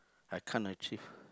I can't achieve